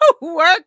work